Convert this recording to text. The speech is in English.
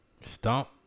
Stomp